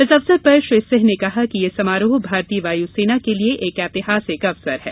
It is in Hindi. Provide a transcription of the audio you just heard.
इस अवसर पर श्री सिंह ने कहा कि यह समारोह भारतीय वायु सेना के लिए एक ऐतिहासिक अवसर है